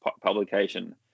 publication